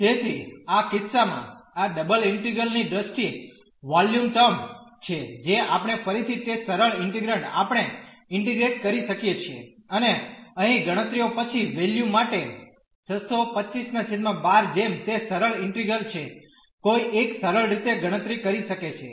તેથી આ કિસ્સામાં આ ડબલ ઇન્ટિગ્રલ ની દ્રષ્ટિએ વોલ્યુમ ટર્મ છે જે આપણે ફરીથી તે સરળ ઇન્ટીગ્રેન્ડ આપણે ઇન્ટીગ્રેટ કરી શકીએ છીએ અને અહીં ગણતરીઓ પછી વેલ્યુ આવે 62512 જેમ તે સરળ ઇન્ટીગ્રલ છે કોઇ એક સરળ રીતે ગણતરી કરી શકે છે